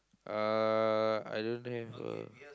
uh I don't have a